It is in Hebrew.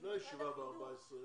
לפני הישיבה ב-14.7,